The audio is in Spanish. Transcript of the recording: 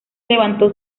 levantó